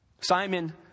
Simon